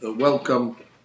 welcome